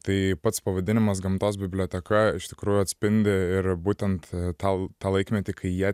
tai pats pavadinimas gamtos biblioteka iš tikrųjų atspindi ir būtent tau tą laikmetį kai jie